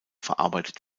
verarbeitet